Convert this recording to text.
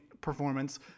performance